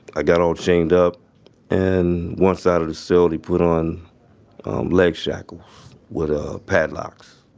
i got all chained up and one side of the cell they put on leg shackles with, ah, padlocks.